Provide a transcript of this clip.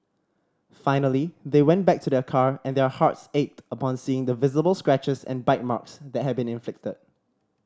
finally they went back to their car and their hearts ached upon seeing the visible scratches and bite marks that had been inflicted